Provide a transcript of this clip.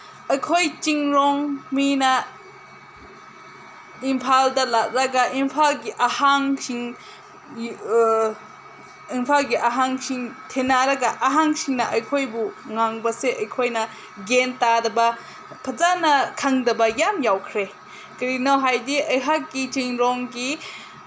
ꯑꯩꯈꯣꯏ ꯆꯤꯡꯂꯣꯝ ꯃꯤꯅ ꯏꯝꯐꯥꯜꯗ ꯂꯩꯔꯒ ꯏꯝꯐꯥꯜꯒꯤ ꯑꯍꯟꯁꯤꯡ ꯏꯝꯐꯥꯜꯒꯤ ꯑꯍꯟꯁꯤꯡ ꯊꯦꯡꯅꯔꯒ ꯑꯍꯟꯁꯤꯡꯅ ꯑꯩꯈꯣꯏꯕꯨ ꯉꯥꯡꯕꯁꯦ ꯑꯩꯈꯣꯏꯅ ꯒ꯭ꯌꯥꯟ ꯇꯥꯗꯕ ꯐꯖꯅ ꯈꯪꯗꯕ ꯌꯥꯝ ꯌꯥꯎꯈ꯭ꯔꯦ ꯀꯔꯤꯅꯣ ꯍꯥꯏꯗꯤ ꯑꯩꯍꯥꯛꯀꯤ ꯆꯤꯡꯂꯣꯝꯒꯤ